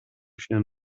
się